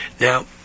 Now